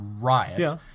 riot